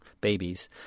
babies